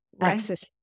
access